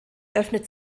öffnet